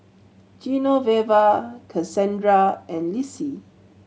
Genoveva Cassandra and Lissie